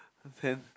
then